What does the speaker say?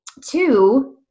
Two